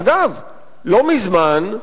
אגב, לא מזמן,